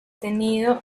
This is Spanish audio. tenido